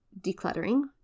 Decluttering